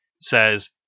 says